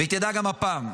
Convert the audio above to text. והיא תדע גם הפעם.